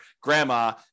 grandma